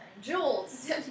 jewels